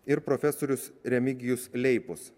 ir profesorius remigijus leipus